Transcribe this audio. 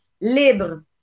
libre